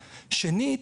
שנית,